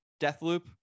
Deathloop